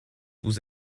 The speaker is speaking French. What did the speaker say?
vous